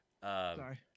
Sorry